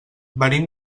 venim